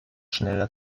schneller